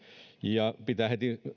ja pitää heti